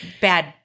bad